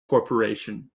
corporation